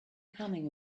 coming